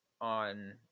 on